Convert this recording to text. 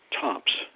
tops